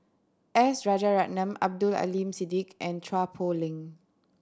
S Rajaratnam Abdul Aleem Siddique and Chua Poh Leng